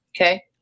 Okay